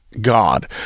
God